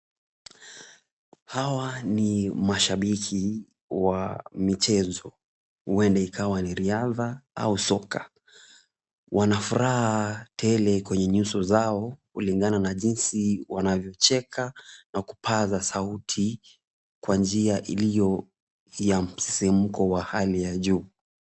Hawa ni mashabiki wa michezo, huenda ikawa ni riadha au soka. Wana furaha tele kwenye nyuso zao kulingana na jinsi wanavyocheka na kupaza sauti kwa njia iliyo ya msisimko wa hali ya juu.